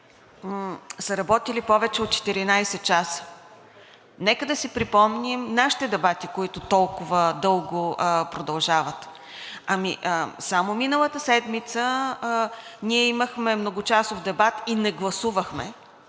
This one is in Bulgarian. са работили повече от 14 часа. Нека да си припомним нашите дебати, които толкова дълго продължават. Само миналата седмица ние имахме многочасов дебат и не гласувахме,